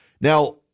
Now